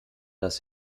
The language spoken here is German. das